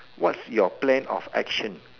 what's your plan of action